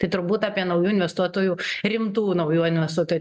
tai turbūt apie naujų investuotojų rimtų naujų investuotojų